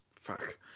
Fuck